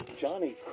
Johnny